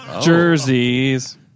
Jerseys